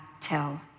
tell